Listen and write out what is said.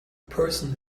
person